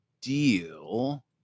deal